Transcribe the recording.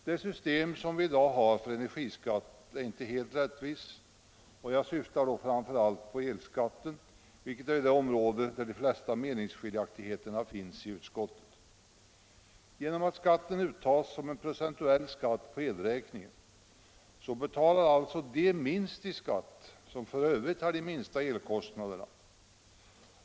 Det system som vi i dag har för energiskatt är inte helt rättvist, och jag syftar då framför allt på elskatten, vilken ju är det område där de flesta meningsskiljaktigheterna finns i utskottet. Genom att skatten uttas som en procentuell skatt på elräkningen betalar alltså de minst i skatt som f.ö. har de minsta elkostnaderna.